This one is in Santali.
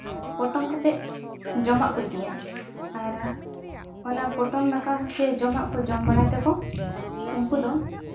ᱯᱚᱴᱚᱢ ᱠᱟᱛᱮ ᱡᱚᱢᱟᱜ ᱠᱚ ᱤᱫᱤᱭᱟ ᱟᱨ ᱚᱱᱟ ᱯᱚᱴᱚᱢ ᱫᱟᱠᱟ ᱥᱮ ᱡᱚᱢᱟᱜ ᱠᱚ ᱡᱚᱢ ᱵᱟᱲᱟᱭ ᱛᱮᱠᱚ ᱩᱱᱠᱩ ᱫᱚ